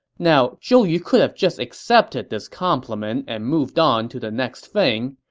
now, zhou yu could have just accepted this compliment and moved on to the next thing.